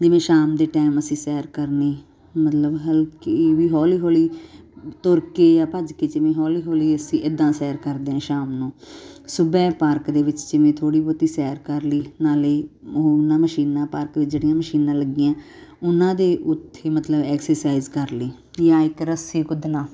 ਜਿਵੇਂ ਸ਼ਾਮ ਦੇ ਟੈਮ ਅਸੀਂ ਸੈਰ ਕਰਨੀ ਮਤਲਬ ਹਲਕੀ ਵੀ ਹੌਲੀ ਹੌਲੀ ਤੁਰ ਕੇ ਜਾਂ ਭੱਜ ਕੇ ਜਿਵੇਂ ਹੌਲੀ ਹੌਲੀ ਅਸੀਂ ਇੱਦਾਂ ਸੈਰ ਕਰਦੇ ਹਾਂ ਸ਼ਾਮ ਨੂੰ ਸੁਬਹੇ ਪਾਰਕ ਦੇ ਵਿੱਚ ਜਿਵੇਂ ਥੋੜ੍ਹੀ ਬਹੁਤੀ ਸੈਰ ਕਰ ਲਈ ਨਾਲੇ ਉਹਨਾਂ ਮਸ਼ੀਨਾਂ ਪਾਰਕ ਵਿੱਚ ਜਿਹੜੀਆਂ ਮਸ਼ੀਨਾਂ ਲੱਗੀਆਂ ਉਹਨਾਂ ਦੇ ਉੱਥੇ ਮਤਲਬ ਐਕਸਰਸਾਈਜ਼ ਕਰ ਲਈ ਜਾਂ ਇੱਕ ਰੱਸੀ ਕੁੱਦਣਾ